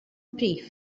brief